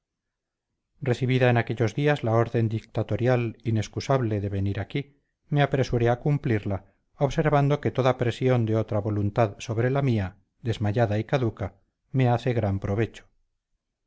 recibida en aquellos días la orden dictatorial inexcusable de venir aquí me apresuré a cumplirla observando que toda presión de otra voluntad sobre la mía desmayada y caduca me hace gran provecho